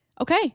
Okay